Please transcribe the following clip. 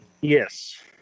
Yes